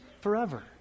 forever